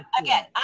Again